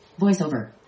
voiceover